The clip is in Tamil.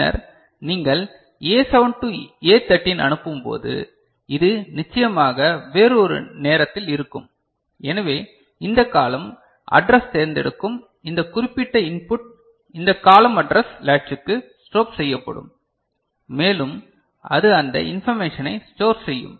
பின்னர் நீங்கள் A7 டு A13 அனுப்பும்போது இது நிச்சயமாக வேறு ஒரு நேரத்தில் இருக்கும் எனவே இந்த காலம் அட்ரஸ் தேர்ந்தெடுக்கும் இந்த குறிப்பிட்ட இன்புட் இந்த காலம் அட்ரஸ் லேட்சுக்கு ஸ்ட்ரோப் செய்யப்படும் மேலும் அது அந்த இன்பர்மேஷனை ஸ்டோர் செய்யும்